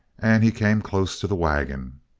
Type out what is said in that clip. and he came close to the wagon.